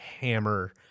hammer